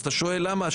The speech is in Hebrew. אתה שואל למה?